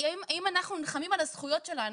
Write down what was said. אם אנחנו נלחמים על הזכויות שלנו,